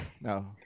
No